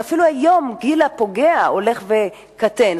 ואפילו היום גיל הפוגע הולך וקטן.